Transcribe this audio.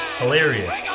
hilarious